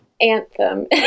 anthem